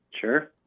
Sure